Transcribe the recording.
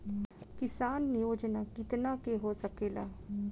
किसान योजना कितना के हो सकेला?